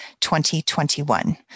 2021